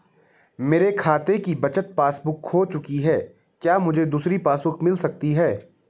मेरे खाते की बचत पासबुक बुक खो चुकी है क्या मुझे दूसरी पासबुक बुक मिल सकती है?